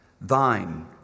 Thine